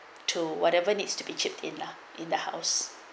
to whatever needs to be chipped in lah in the house